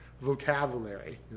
vocabulary